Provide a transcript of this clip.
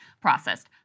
processed